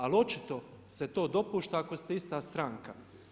Ali očito se dopušta ako ste ista stranka.